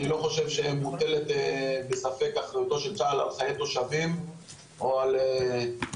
אני לא חושב שמוטלת בספק אחריותו של צה"ל על חיי תושבים או על ביטחונם,